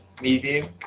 medium